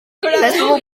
festival